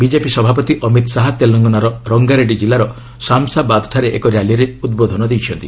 BJP ସଭାପତି ଅମିତ ଶାହା ତେଲଙ୍ଗନାର ରଙ୍ଗାରେଡ୍ରୀ କିଲ୍ଲାର ସାମ୍ସାବାଦ୍ଠାରେ ଏକ ର୍ୟାଲିରେ ଉଦ୍ବୋଧନ ଦେଇଛନ୍ତି